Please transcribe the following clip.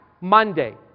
Monday